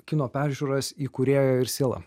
kino peržiūras įkūrėja ir siela